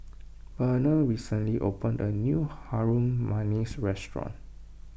Benard recently opened a new Harum Manis restaurant